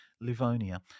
Livonia